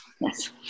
Yes